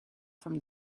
from